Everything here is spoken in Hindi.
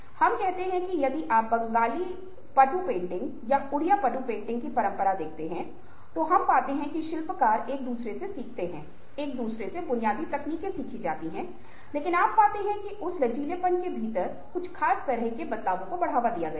हम कहते हैं कि यदि आप बंगाली पट्टू पेंटिंग या उड़िया पट्टू पेंटिंग की परंपरा देख रहे हैं तो हम पाते हैं कि शिल्पकार एक दूसरे से सीखते हैं एक दूसरे से बुनियादी तकनीकें सीखी जाती हैं लेकिन आप पाते हैं कि उस लचीलेपन के भीतर कुछ खास तरह के बदलावों को बढ़ावा दिया जाता है